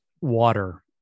water